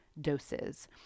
doses